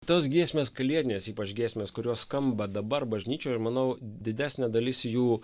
tos giesmės kalėdinės ypač giesmės kurios skamba dabar bažnyčioj ir manau didesnė dalis jų